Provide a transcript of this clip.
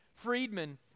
Freedmen